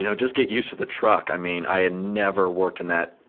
you know just get used to the truck. i mean i had never worked in that